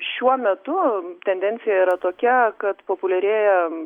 šiuo metu tendencija yra tokia kad populiarėja